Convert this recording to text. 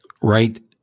Right